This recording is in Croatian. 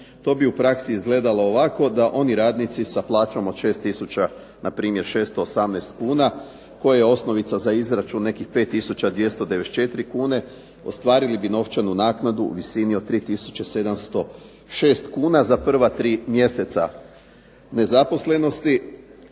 To bi u praksi izgledalo ovako, da oni radnici sa plaćom od 6000 na primjer 618 kuna koja je osnovica za izračun nekih 5294 kune ostvarili bi novčanu naknadu u visini od 3706 kuna za prva tri mjeseca nezaposlenosti,